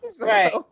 right